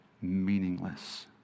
meaningless